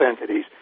entities